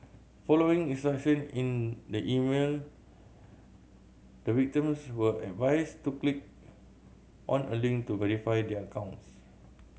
following instruction in the email the victims were advised to click on a link to verify their accounts